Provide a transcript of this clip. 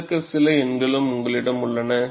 இதற்கு சில எண்களும் உங்களிடம் உள்ளன